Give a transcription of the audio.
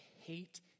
hate